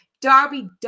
Darby